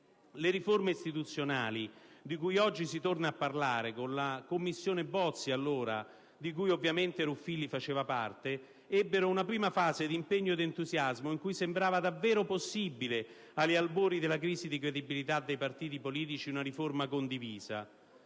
Le riforme istituzionali, di cui oggi si torna a parlare, con la Commissione Bozzi, di cui ovviamente Ruffilli faceva parte, ebbero una prima fase di impegno e di entusiasmo, in cui sembrava davvero possibile, agli albori della crisi di credibilità dei partiti politici, una riforma condivisa.